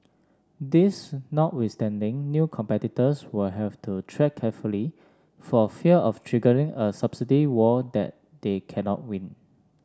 this notwithstanding new competitors will have to tread carefully for fear of triggering a subsidy war that they cannot win